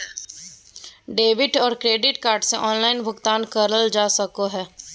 debit और credit card से online भुगतान करल जा सको हय